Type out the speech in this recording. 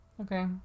Okay